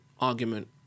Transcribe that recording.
argument